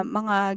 mga